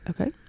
Okay